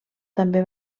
també